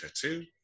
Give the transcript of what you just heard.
tattoo